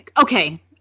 Okay